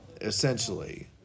essentially